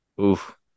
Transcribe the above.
Oof